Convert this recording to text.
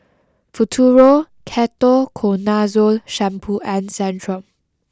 Futuro Ketoconazole shampoo and Centrum